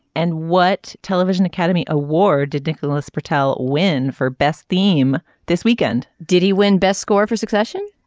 and what television academy award did nicolas patel win for best theme this weekend. did he win best score for succession